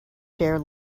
chair